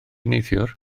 neithiwr